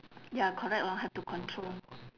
ya correct lor have to control